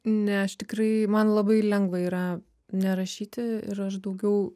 ne aš tikrai man labai lengva yra nerašyti ir aš daugiau